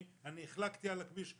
אני החלקתי על הכביש,